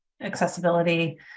accessibility